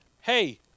Hey